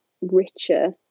richer